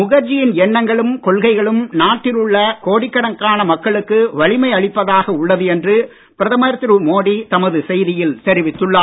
முகர்ஜியின் எண்ணங்களும் கொள்கைகளும் நாட்டில் உள்ள கோடிக்கணக்கான மக்களுக்கு வலிமை அளிப்பதாக உள்ளது என்று பிரதமர் திரு மோடி தமது செய்தியில் தெரிவித்துள்ளார்